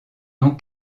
non